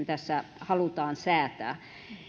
tässä halutaan säätää